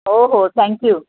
हो हो थँक्यू